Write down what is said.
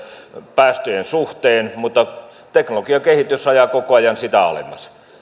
päästöjen suhteen mutta teknologiakehitys ajaa koko ajan sitä alemmas